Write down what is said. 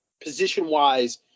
position-wise